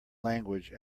language